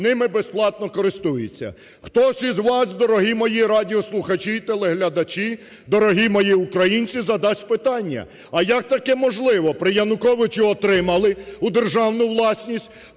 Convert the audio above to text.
ними безплатно користуються. Хтось із вас дорогі мої радіослухачі, телеглядачі, дорогі мої українці задасть питання: а як таке можливо, при Януковичу отримали у державну власність,